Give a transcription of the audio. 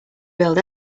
build